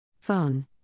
Phone